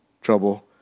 trouble